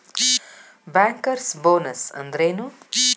Bankers bonus ಅಂದ್ರೇನು?